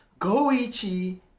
Goichi